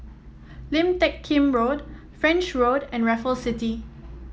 Lim Teck Kim Road French Road and Raffles City